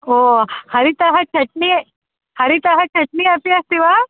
ओ हरितः चट्नी हरितः चट्नी अपि अस्ति वा